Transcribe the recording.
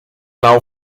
now